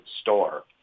store